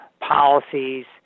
policies